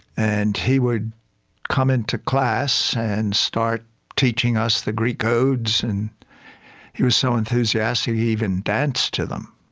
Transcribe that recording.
and he would come into class and start teaching us the greek odes and he was so enthusiastic he even danced to them.